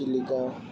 Chilika